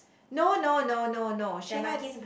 no no no no no she had